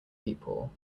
people